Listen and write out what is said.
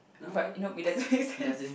but you know it doesn't make sense